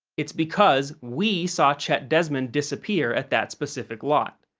it's because we saw chet desmond disappear at that specific lot.